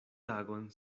tagon